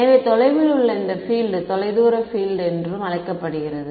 எனவே தொலைவில் உள்ள இந்த பீல்ட் தொலைதூர பீல்ட் என்றும் அழைக்கப்படுகிறது